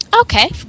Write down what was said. Okay